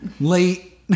Late